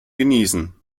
genießen